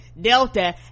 Delta